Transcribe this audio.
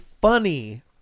funny